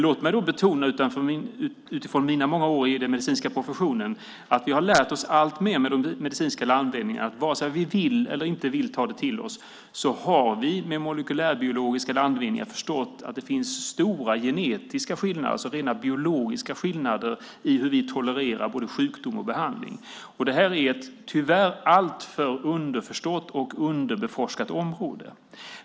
Låt mig då betona, utifrån mina många år i den medicinska professionen, att vi har lärt oss alltmer med de medicinska landvinningarna. Vare sig vi vill eller inte vill ta det till oss har vi med molekylärbiologiska landvinningar förstått att det finns stora genetiska skillnader, alltså rent biologiska skillnader, i hur vi tolererar både sjukdom och behandling. Det här är tyvärr ett alltför underskattat och underbeforskat område.